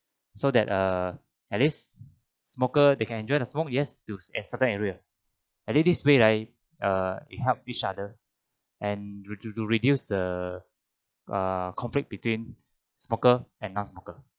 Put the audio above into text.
so that err at least smoker they can enjoy the smoke yes to as certain area at least this way right err it help each other and to to to reduce the uh conflict between smoker and non-smoker